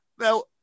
Now